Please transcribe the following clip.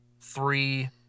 Three